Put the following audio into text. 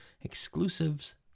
exclusives